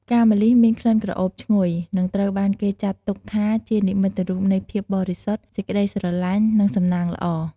ផ្កាម្លិះមានក្លិនក្រអូបឈ្ងុយ និងត្រូវបានគេចាត់ទុកថាជានិមិត្តរូបនៃ ភាពបរិសុទ្ធ សេចក្តីស្រឡាញ់ និង សំណាងល្អ។